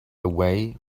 away